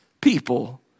people